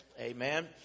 amen